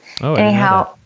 Anyhow